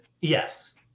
Yes